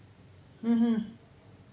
mmhmm